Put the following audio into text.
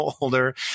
older